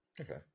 Okay